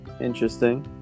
interesting